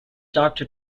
doctor